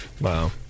Wow